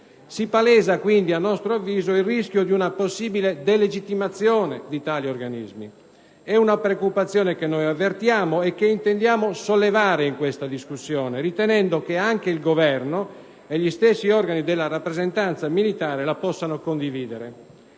Si palesa quindi il rischio di una possibile delegittimazione di tali organismi. È una preoccupazione che noi avvertiamo e che intendiamo sollevare in questa discussione, ritenendo che anche il Governo e gli stessi organi della rappresentanza militare la possano condividere.